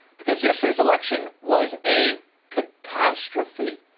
because yesterday's election was a catastrophe.